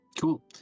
Cool